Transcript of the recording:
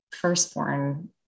firstborn